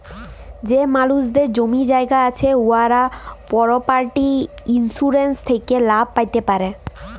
যে মালুসদের জমি জায়গা আছে উয়ারা পরপার্টি ইলসুরেলস থ্যাকে লাভ প্যাতে পারে